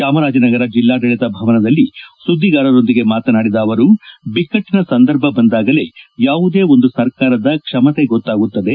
ಚಾಮರಾಜನಗರ ಜಿಲ್ಲಾಡಳಿತ ಭವನದಲ್ಲಿ ಸುದ್ದಿಗಾರರೊಂದಿಗೆ ಮಾತನಾಡಿದ ಅವರು ಬಿಕ್ಕಟ್ಟಿನ ಸಂದರ್ಭ ಬಂದಾಗಲೇ ಯಾವುದೇ ಒಂದು ಸರ್ಕಾರದ ಕ್ಷಮತೆ ಗೊತ್ತಾಗುತ್ತದೆ